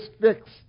fixed